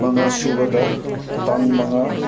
ꯃꯉꯥ ꯁꯨꯕꯗ ꯇꯥꯡ ꯃꯉꯥ